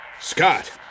Scott